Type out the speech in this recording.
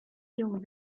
jungen